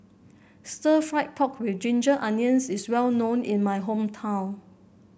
stir fry pork with Ginger Onions is well known in my hometown